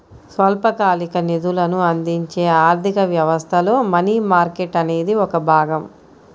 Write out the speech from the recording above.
స్వల్పకాలిక నిధులను అందించే ఆర్థిక వ్యవస్థలో మనీ మార్కెట్ అనేది ఒక భాగం